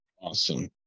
Awesome